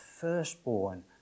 firstborn